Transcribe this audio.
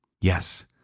Yes